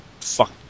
Fuck